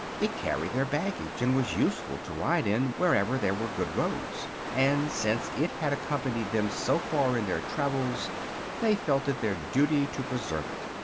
it carried their baggage and was useful to ride in wherever there were good roads, and since it had accompanied them so far in their travels they felt it their duty to preserve it.